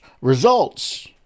Results